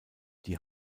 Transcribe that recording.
die